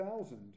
thousand